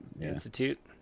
Institute